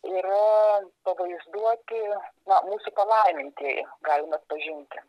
yra pavaizduoti na mūsų palaimintieji galim atpažinti